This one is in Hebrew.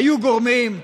היו גורמים,